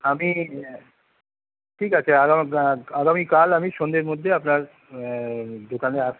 আমি ঠিক আছে আগামী কাল আমি সন্ধ্যের মধ্যে আপনার দোকানে আসছি